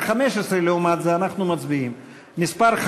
15, לעומת זה, אנחנו מצביעים, הסתייגות מס'